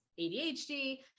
ADHD